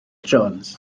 jones